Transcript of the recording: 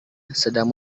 sedang